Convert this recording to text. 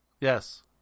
Yes